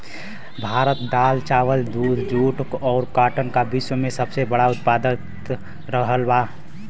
भारत दाल चावल दूध जूट और काटन का विश्व में सबसे बड़ा उतपादक रहल बा